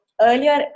earlier